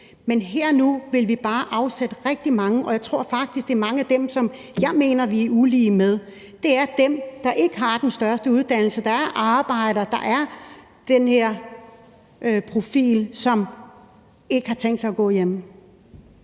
men her og nu vil vi bare tabe rigtig mange, og jeg tror faktisk, det er mange af dem, som jeg mener der er ulighed for. Det er dem, der ikke har den største uddannelse, der arbejder og har den her profil, som ikke har tænkt sig at gå hjemme.